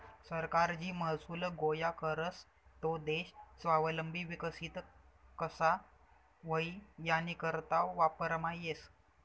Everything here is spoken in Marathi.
सरकार जो महसूल गोया करस तो देश स्वावलंबी विकसित कशा व्हई यानीकरता वापरमा येस